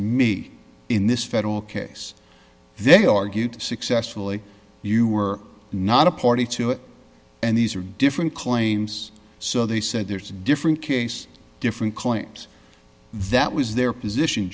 me in this federal case they argued successfully you were not a party to it and these are different claims so they said there's different case different claims that was their position